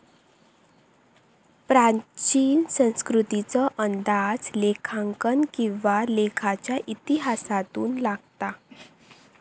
प्राचीन संस्कृतीचो अंदाज लेखांकन किंवा लेखाच्या इतिहासातून लागता